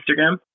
Instagram